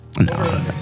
No